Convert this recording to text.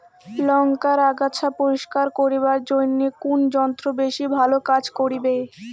লংকার আগাছা পরিস্কার করিবার জইন্যে কুন যন্ত্র বেশি ভালো কাজ করিবে?